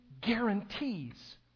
guarantees